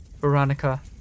Veronica